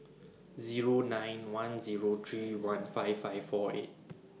Zero nine one Zero three one five five four eight